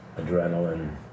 Adrenaline